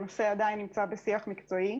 הנושא עדיין נמצא בשיח מקצועי.